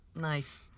nice